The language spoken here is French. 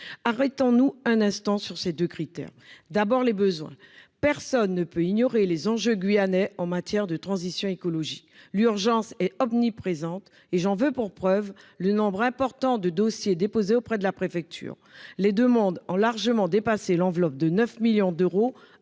Arrêtons-nous un instant sur ces deux critères. Envisageons d'abord les besoins. Personne ne peut ignorer les enjeux guyanais en matière de transition écologique. L'urgence est omniprésente. J'en veux pour preuve le nombre important de dossiers déposés auprès de la préfecture. Les demandes ont largement dépassé l'enveloppe de 9 millions d'euros